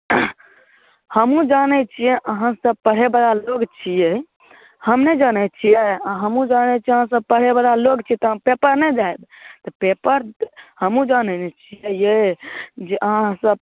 हमहूँ जानैत छियै अहाँ सब पढ़ै बला लोग छियै हम नहि जानैत छियै हमहूँ जानैत छियै अहाँ सब पढ़ै बला लोग छियै तऽ हम पेपर नहि तऽ पेपर हमहूँ जानैत ने छियै जे अहाँ सब